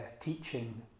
teaching